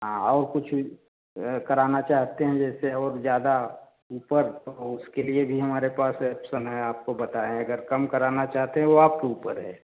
हाँ और कुछ कराना चाहते हैं जैसे और ज़्यादा ऊपर हो उसके लिए भी हमारे पास समय है आपको बताएँ अगर कम कराना चाहते हैं आप वह आपके ऊपर है